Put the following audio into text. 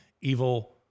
evil